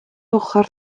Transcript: ochr